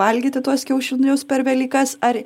valgyti tuos kiaušinius per velykas ar